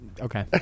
okay